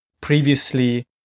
previously